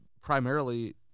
primarily